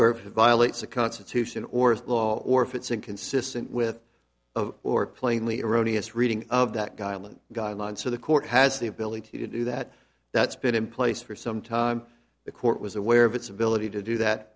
or violates the constitution or its law or if it's inconsistent with of or plainly erroneous reading of that guyland guidelines so the court has the ability to do that that's been in place for some time the court was aware of its ability to do that